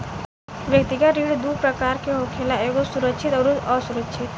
व्यक्तिगत ऋण दू प्रकार के होखेला एगो सुरक्षित अउरी असुरक्षित